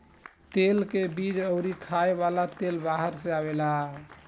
तेल के बीज अउरी खाए वाला तेल बाहर से आवेला